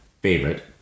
favorite